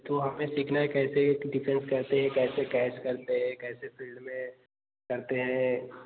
तो हमें सीखना है कैसे कि डिफेंस कैसे कैसे कैच करते हैं कैसे फील्ड में करते हैं